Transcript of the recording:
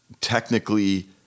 technically